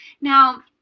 Now